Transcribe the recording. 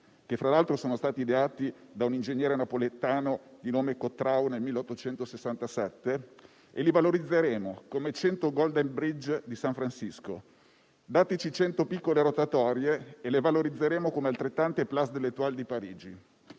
che fra l'altro sono stati ideati da un ingegnere napoletano, di nome Cottrau, nel 1867, e li valorizzeremo come 100 Golden gate bridge di San Francisco, oppure: dateci 100 piccole rotatorie e le valorizzeremo come altrettante place de l'Étoile di Parigi.